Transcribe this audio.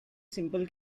simple